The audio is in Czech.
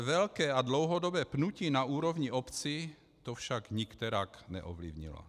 Velké a dlouhodobé pnutí na úrovni obcí to však nikterak neovlivnilo.